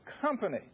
company